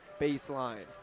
baseline